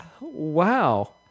Wow